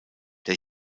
der